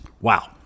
wow